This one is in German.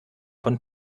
von